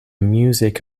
music